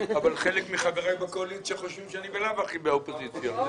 אבל חלק מחבריי בקואליציה חושבים שבלאו הכי אני חלק מהאופוזיציה.